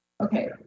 Okay